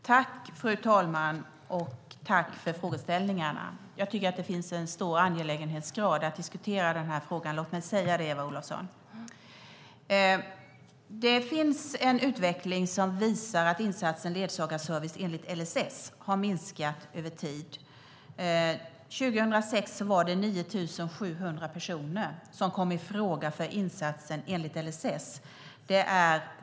Herr talman! Jag tackar Eva Olofsson för frågeställningarna. Det är av stor angelägenhetsgrad att diskutera denna fråga. Det finns en utveckling som visar att insatsen ledsagarservice enligt LSS har minskat över tid. År 2006 var det 9 700 personer som kom i fråga för insatsen enligt LSS.